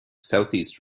southeast